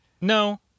no